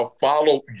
follow